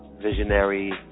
Visionary